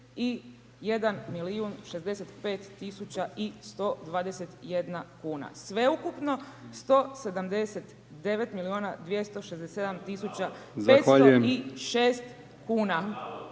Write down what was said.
61 milijun 65 tisuća i 121 kuna. Sveukupno 1790 milijuna 267 tisuća 506 kuna.